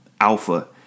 Alpha